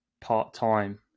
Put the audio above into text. part-time